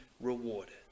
rewarded